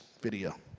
video